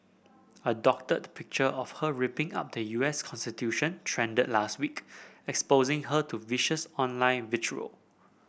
a doctored picture of her ripping up the U S constitution trended last week exposing her to vicious online vitriol